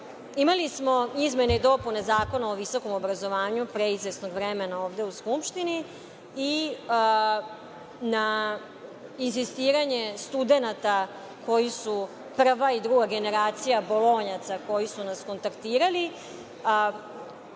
Imali smo izmene i dopune Zakona o visokom obrazovanju pre izvesnog vremena ovde u Skupštini i na insistiranje studenata koji su prva i druga generacija bolonjaca koji su nas kontaktirali,